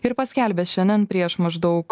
ir paskelbęs šiandien prieš maždaug